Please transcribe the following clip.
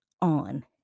on